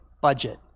budget